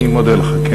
אני מודה לך.